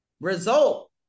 result